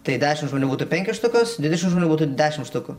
tai dešimt žmonių būtų penkios štukos dvidešimt žmonių būtų dešimt štukų